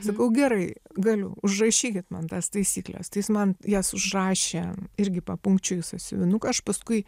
sakau gerai galiu užrašykit man tas taisykles tai jis man jas užrašė irgi papunkčiui į sąsiuvinuką aš paskui